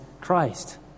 Christ